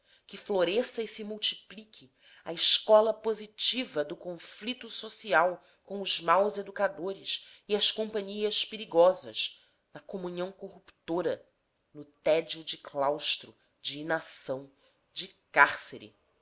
que floresça e se multiplique a escola positiva do conflito social com os maus educadores e as companhias perigosas na comunhão corruptora no tédio de claustro de inação de cárcere